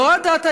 לא הדת היהודית,